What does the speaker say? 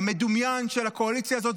המדומיין של הקואליציה הזאת,